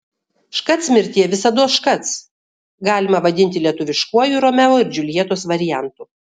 škac mirtie visados škac galima vadinti lietuviškuoju romeo ir džiuljetos variantu